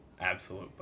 absolute